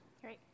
Great